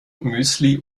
müsli